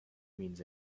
means